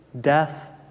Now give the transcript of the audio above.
death